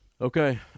okay